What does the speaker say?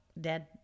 dead